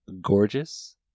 gorgeous